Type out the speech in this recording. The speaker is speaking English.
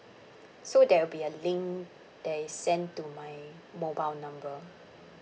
so there will be a link that is sent to my mobile number